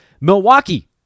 Milwaukee